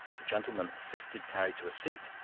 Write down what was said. a gentleman assisted carrie to a seat,